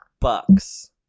Bucks